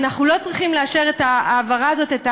אנחנו לא צריכים לאשר את ההעברה הזאת,